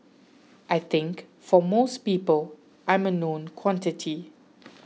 I think for most people I'm a known quantity